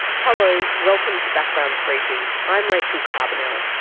hello, welcome to background briefing, i'm rachel carbonell.